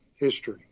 history